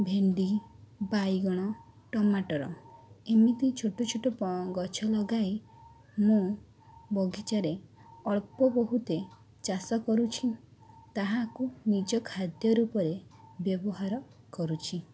ଭେଣ୍ଡି ବାଇଗଣ ଟମାଟର ଏମିତି ଛୋଟ ଛୋଟ ଗଛ ଲଗାଇ ମୁଁ ବଗିଚାରେ ଅଳ୍ପ ବହୁତେ ଚାଷ କରୁଛି ତାହାକୁ ନିଜ ଖାଦ୍ୟ ରୂପରେ ବ୍ୟବହାର କରୁଛି